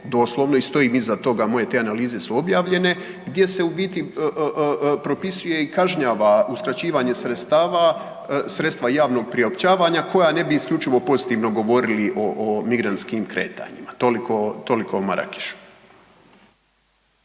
doslovno i stojim iza toga, moje te analize su objavljene gdje se u biti propisuje i kažnjava uskraćivanje sredstava, sredstva javnog priopćavanja koja ne bi isključivo pozitivno govorili o, o migrantskim kretanjima. Toliko, toliko o Marakešu.